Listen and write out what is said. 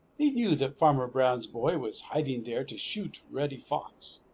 he knew that farmer brown's boy was hiding there to shoot reddy fox,